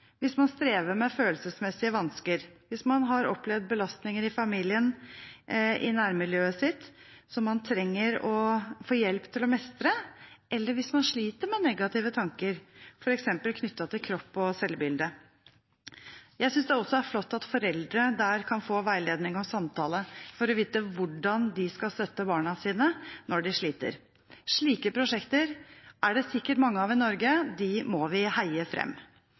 hvis man strever med følelsesmessige vansker hvis man har opplevd belastninger i familien eller i nærmiljøet sitt, som man trenger å få hjelp til å mestre – eller hvis man sliter med negative tanker knyttet til f.eks. kropp og selvbilde. Jeg synes også det er flott at foreldre der kan få veiledning og samtaler for å få vite hvordan de skal støtte barna sine når de sliter. Slike prosjekter er det sikkert mange av i Norge, og dem må vi heie